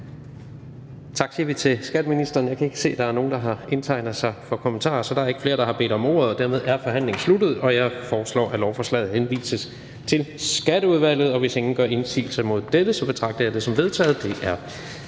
Tak siger vi til skatteministeren. Jeg kan ikke se, at der er nogen, der har indtegnet sig til kommentarer. Så der er ikke flere, der har bedt om ordet, og dermed er forhandlingen sluttet. Jeg foreslår, at lovforslaget henvises til Skatteudvalget. Hvis ingen gør indsigelse mod dette, betragter jeg det som vedtaget.